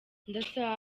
ndasaba